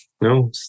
no